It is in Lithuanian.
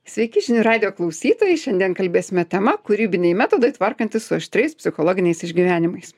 sveiki žinių radijo klausytojai šiandien kalbėsime tema kūrybiniai metodai tvarkantis su aštriais psichologiniais išgyvenimais